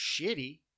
shitty